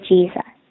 Jesus